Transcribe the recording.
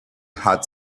hat